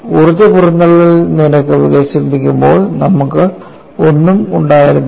ഊർജ്ജ പുറന്തള്ളൽ നിരക്ക് വികസിപ്പിക്കുമ്പോൾ നമ്മൾക്ക് ഒന്നും ഉണ്ടായിരുന്നില്ല